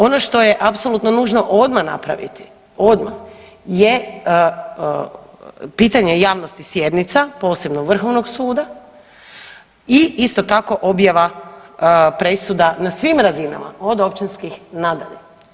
Ono što je apsolutno nužno odmah napraviti, odmah, je pitanje javnosti sjednica posebno Vrhovnog suda i isto tako objava presuda na svim razinama od općinskih nadalje.